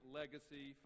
legacy